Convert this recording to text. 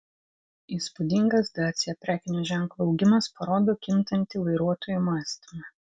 įspūdingas dacia prekinio ženklo augimas parodo kintantį vairuotojų mąstymą